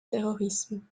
terrorisme